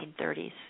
1930s